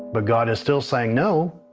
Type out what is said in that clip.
but god is still saying, no,